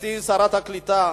גברתי שרת הקליטה,